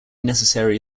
necessary